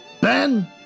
Ben